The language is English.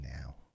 now